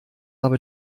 aber